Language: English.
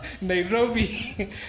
Nairobi